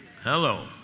Hello